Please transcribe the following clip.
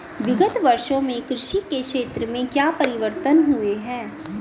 विगत वर्षों में कृषि के क्षेत्र में क्या परिवर्तन हुए हैं?